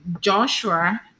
Joshua